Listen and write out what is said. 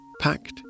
packed